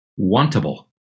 wantable